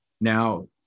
Now